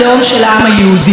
וככזאת,